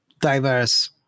diverse